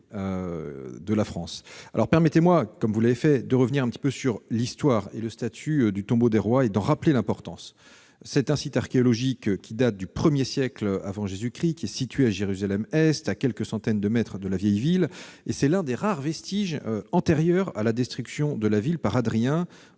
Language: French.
de la France. Permettez-moi tout d'abord de revenir, comme vous l'avez fait, sur l'histoire et le statut du Tombeau des rois et d'en rappeler l'importance. Il s'agit d'un site archéologique datant du I siècle avant Jésus-Christ, situé à Jérusalem-Est, à quelques centaines de mètres de la vieille ville. C'est donc l'un des rares vestiges antérieurs à la destruction de la ville par Hadrien,